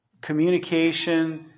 communication